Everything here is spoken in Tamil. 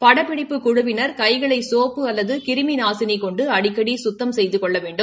படப்பிடிப்பு குழுவினா் கைகளை சோப்பு அல்லது கிருமி நாசினி கொண்டு அடிக்கடி கத்தம் செய்து கொள்ள வேண்டும்